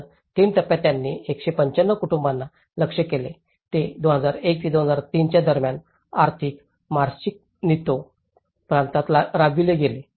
तर 3 टप्प्यांत त्यांनी 195 कुटुंबांना लक्ष्य केले जे 2001 ते 2003 च्या दरम्यान मार्शिक नितो प्रांतात राबविले गेले